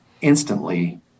instantly